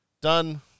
Done